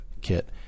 kit